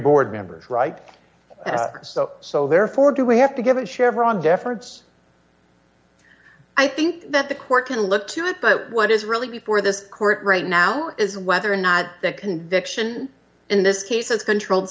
board members right so so therefore do we have to give it chevron jeffords i think that the court can look to it but what is really before this court right now is whether or not that conviction in this case is controlled